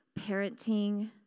Parenting